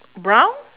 brown